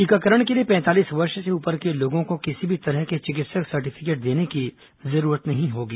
टीकाकरण के लिए पैंतालीस वर्ष से ऊपर के लोगों को किसी भी तरह के चिकित्सक सर्टिफिकेट देने की जरूरत नहीं होगी